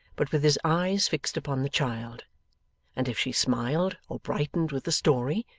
but with his eyes fixed upon the child and if she smiled or brightened with the story,